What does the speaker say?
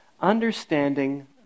understanding